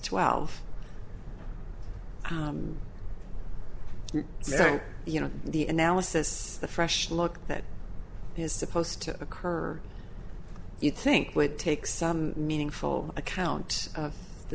twelve bank you know the analysis the fresh look that is supposed to occur you think would take some meaningful account of the